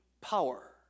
power